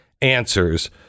answers